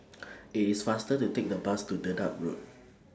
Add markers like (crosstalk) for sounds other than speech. (noise) IT IS faster to Take The Bus to Dedap Road